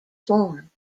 swarm